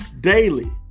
daily